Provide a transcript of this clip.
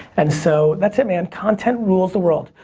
and so that's it, man, content rules the world.